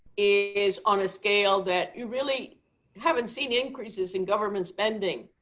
is on a scale that you really haven't seen increases in government spending